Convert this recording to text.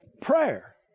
Prayer